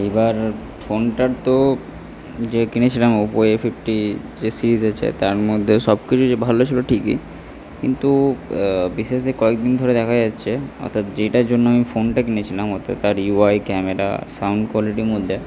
এবার ফোনটা তো যে কিনেছিলাম ওপো এ ফিফটি যে সিরিজ আছে তার মধ্যে সব কিছু যে ভালো ছিল ঠিকই কিন্তু বিশেষ যে কয়েক দিন ধরে দেখা যাচ্ছে অর্থাৎ যেটার জন্য আমি ফোনটা কিনেছিলাম অর্থাৎ তার ইউ আই ক্যামেরা সাউন্ড কোয়ালিটির মধ্যে